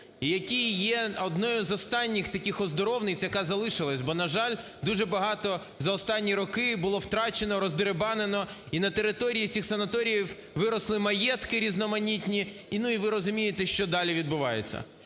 який є одною із останніх таких оздоровниць, яка залишилась. Бо, на жаль, дуже багато за останні роки було втрачено, роздерибанено, і на території цих санаторіїв виросли маєтки різноманітні, і ви розумієте, що далі відбувається.